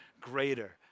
greater